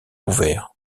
ouvert